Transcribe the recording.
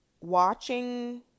watching